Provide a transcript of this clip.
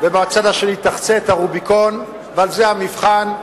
ומהצד השני יחצו את הרוביקון, על זה המבחן.